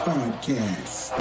Podcast